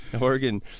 Oregon